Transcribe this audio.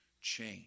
change